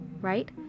right